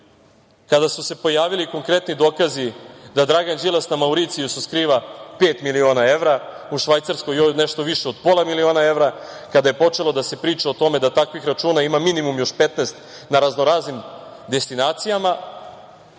kada su se pojavili konkretni dokazi da Dragan Đilas na Mauricijusu skriva pet miliona evra, u Švajcarskoj nešto više od pola miliona evra, kada je počelo da se priča o tome da takvih računa ima minimum još 15 na raznoraznim destinacijama,